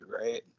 right